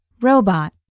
Robot